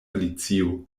alicio